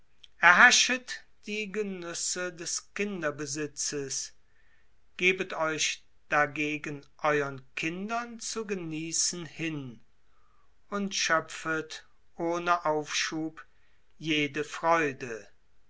die genüsse des kinderbesitzes gebet euch dagegen euern kindern zu genießen hin und schöpfet ohne aufschub jede freude